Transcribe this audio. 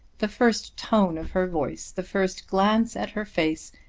the first tone of her voice, the first glance at her face,